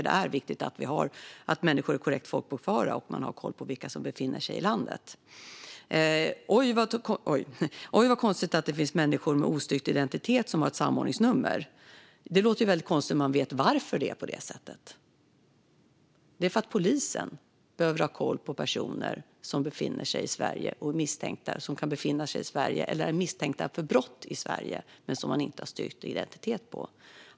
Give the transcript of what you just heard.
Det är viktigt att människor är korrekt folkbokförda och att man har koll på vilka som befinner sig i landet. Oj, vad konstigt att det finns människor med ostyrkt identitet som har ett samordningsnummer! Det är inte så konstigt om man vet varför det förhåller sig så. Det är ju för att polisen behöver ha koll på personer som kan befinna sig i Sverige eller är misstänkta för brott i Sverige men där man inte har styrkt identiteten.